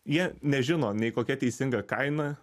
jie nežino nei kokia teisinga kaina